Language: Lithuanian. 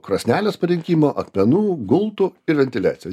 krosnelės parinkimo akmenų gultų ir ventiliacijo